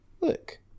Look